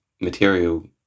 material